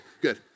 good